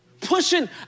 Pushing